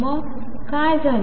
मग काय झाले